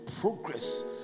progress